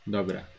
Dobra